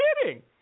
kidding